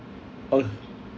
uh